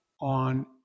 on